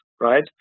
right